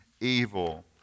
evil